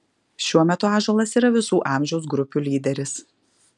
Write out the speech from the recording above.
šiuo metu ąžuolas yra visų amžiaus grupių lyderis